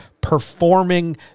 performing